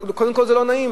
קודם כול, זה לא נעים.